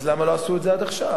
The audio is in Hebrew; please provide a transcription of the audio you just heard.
אז למה לא עשו את זה עד עכשיו?